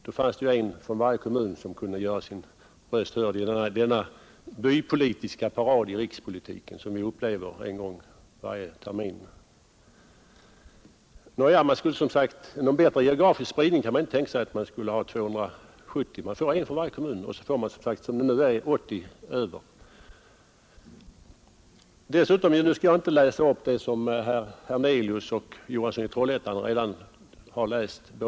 Då fanns det en från varje kommun som kunde göra sin röst hörd i denna bypolitiska parad i rikspolitiken som vi upplever en gång varje termin. Någon bättre geografisk spridning kan man inte tänka sig än att man skulle ha 270 ledamöter — man skulle få en för varje kommun. Med nuvarande antal ledamöter skulle man som sagt få 80 över. Nu skall jag inte läsa upp det som herrar Hernelius och Johansson i Trollhättan redan har läst.